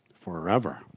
forever